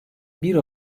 bir